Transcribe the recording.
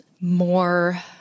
more